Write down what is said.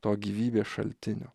to gyvybės šaltinio